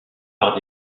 par